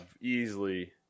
easily